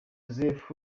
joseph